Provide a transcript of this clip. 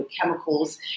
chemicals